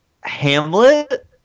Hamlet